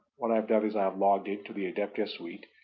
what i have done is i've logged into the adeptia suite,